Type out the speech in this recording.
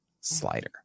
slider